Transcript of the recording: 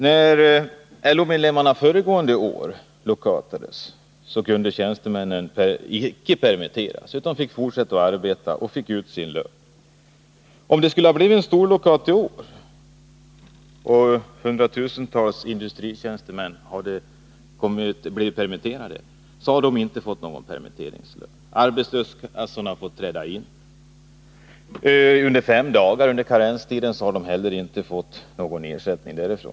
När LO-medlemmarna föregående år lockoutades kunde tjänstemännen icke permitteras, utan de fick fortsätta att arbeta och fick ut sin lön. Om det skulle ha blivit en storlockout i år och hundratusentals industriarbetare hade blivit permitterade, så hade de inte fått någon permitteringslön. Arbetslöshetskassorna hade fått träda in, men under karenstiden på fem dagar hade arbetarna inte fått någon ersättning därifrån heller.